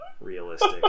realistic